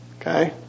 okay